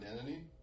identity